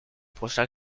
prochain